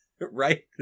Right